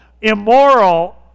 immoral